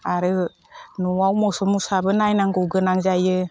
आरो न'आव मोसौ मोसाबो नायनांगौ गोनां जायो